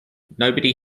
nobody